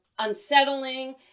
unsettling